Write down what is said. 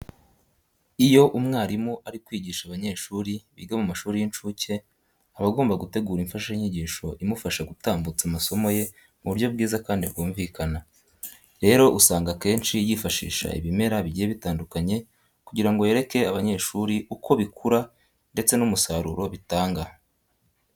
Iyo umwarimu ari kwigisha abanyeshuri biga mu mashuri y'incuke aba agomba gutegura imfashanyigisho imufasha gutambutsa amasomo ye mu buryo bwiza kandi bwumvikana. Rero usanga akenshi yifashisha ibimera bigiye bitandukanye kugira ngo yereke abanyeshuri uko bikura ndetse n'umusaruro bitanga.